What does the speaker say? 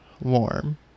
warm